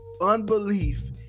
unbelief